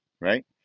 right